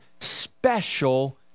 special